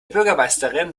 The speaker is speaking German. bürgermeisterin